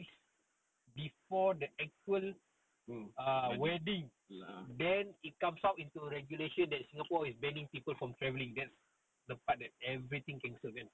wedding